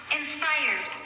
inspired